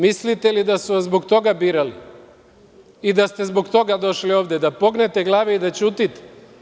Mislite li da su vas zbog toga birali i da ste zbog toga došli ovde, da pognete glave i da ćutite?